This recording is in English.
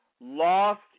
lost